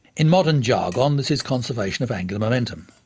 in modern jargon this is conservation of angular momentum.